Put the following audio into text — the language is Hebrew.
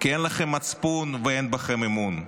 כי אין לכם מצפון ואין בכם אמון.